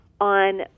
on